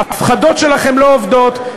ההפחדות שלכם לא עובדות,